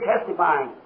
testifying